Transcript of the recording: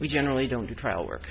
we generally don't do trial work